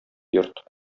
йорт